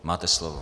Máte slovo.